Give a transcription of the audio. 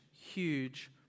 huge